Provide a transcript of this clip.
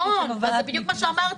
נכון, זה בדיוק מה שאמרתי.